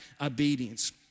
obedience